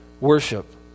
worship